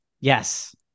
Yes